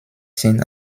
sind